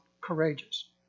courageous